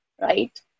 right